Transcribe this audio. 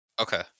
Okay